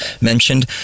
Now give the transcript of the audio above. mentioned